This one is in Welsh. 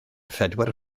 phedwar